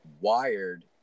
wired